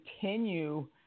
continue